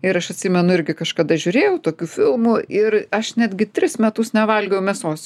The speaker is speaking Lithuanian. ir aš atsimenu irgi kažkada žiūrėjau tokių filmų ir aš netgi tris metus nevalgiau mėsos